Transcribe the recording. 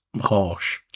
harsh